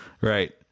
Right